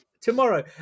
Tomorrow